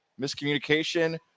Miscommunication